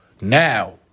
Now